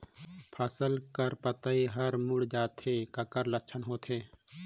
फसल कर पतइ हर मुड़ जाथे काकर लक्षण होथे?